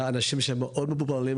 מאנשים שהם מאוד ממוגבלים,